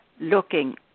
looking